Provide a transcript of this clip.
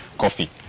coffee